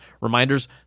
reminders